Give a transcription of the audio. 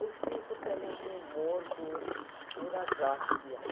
उसके ऊपर पहले हमने मोर को पूरा ट्रास किया